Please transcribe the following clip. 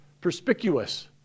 perspicuous